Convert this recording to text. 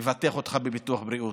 לבטח אותך בביטוח בריאות.